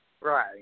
Right